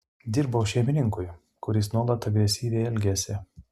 dirbau šeimininkui kuris nuolat agresyviai elgėsi